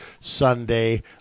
Sunday